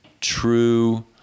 true